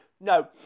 No